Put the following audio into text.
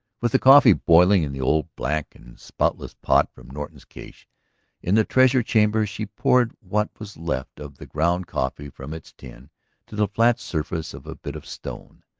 with the coffee boiling in the old black and spoutless pot from norton's cache in the treasure chamber, she poured what was left of the ground coffee from its tin to the flat surface of a bit of stone.